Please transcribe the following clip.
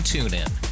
TuneIn